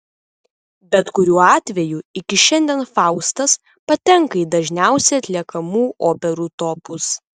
bet kuriuo atveju iki šiandien faustas patenka į dažniausiai atliekamų operų topus